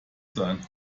sein